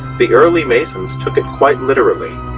the early masons took it quite literally.